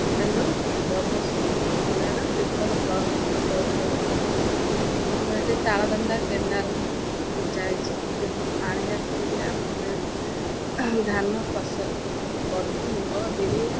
hello ମୁଁ ଜଗତସିଂହପୁର ଜିଲ୍ଲାର Tirtol block ଅଞ୍ଚଳରୁ କହୁଛି ଆମର ଏଇଠି ତାଳଦଣ୍ଡା କେନାଲ୍ ଯାଇଛିି ଯେଉଁଠୁ ପାଣି ଆସିକରି ଆମେ ଏଇଠି ଧାନ ଫସଲ କରୁଛୁ ମୁଗ ବିରି